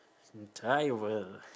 entire world